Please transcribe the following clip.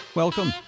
Welcome